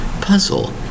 Puzzle